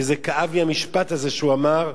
זה כאב לי המשפט הזה שהוא אמר,